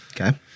okay